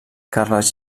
carles